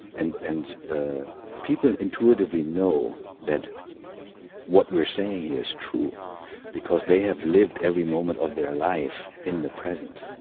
and and ah people intuitively know that what we're saying here is true because they have lived every moment of their life in the present,